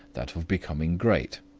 that of becoming great.